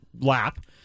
lap